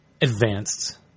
Advanced